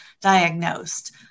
diagnosed